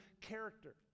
character